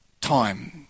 time